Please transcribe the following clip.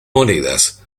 monedas